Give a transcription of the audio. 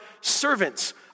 servants